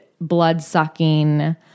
blood-sucking